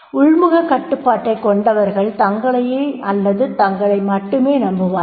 உள்முகக் கட்டுப்பாட்டைக் கொண்டவர்கள் தங்களையே அல்லது தங்களை மட்டுமே நம்புபவர்கள்